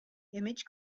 image